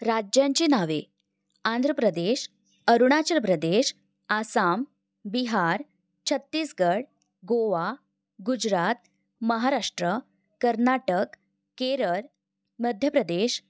राज्यांची नावे आंध्र प्रदेश अरुणाचल प्रदेश आसाम बिहार छत्तीसगड गोवा गुजरात महाराष्ट्र कर्नाटक केरळ मध्य प्रदेश